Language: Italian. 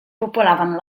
popolavano